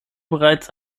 bereits